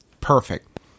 Perfect